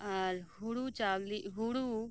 ᱟᱨ ᱦᱩᱲᱩ ᱪᱟᱣᱞᱮ ᱦᱩᱲᱩ